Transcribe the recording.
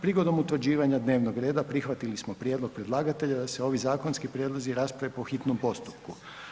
Prigodom utvrđivanja dnevnog reda prihvatili smo prijedlog predlagatelja da se ovi zakonski prijedlozi rasprave po hitnom postupku.